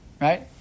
Right